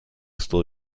still